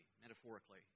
metaphorically